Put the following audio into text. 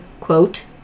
quote